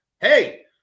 Hey